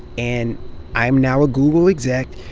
and i am now a google exec,